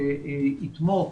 שיתמוך